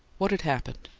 what had happened?